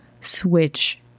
switch